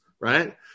right